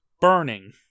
burning